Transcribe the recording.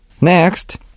Next